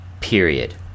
Period